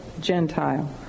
Gentile